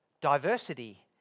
diversity